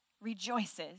rejoices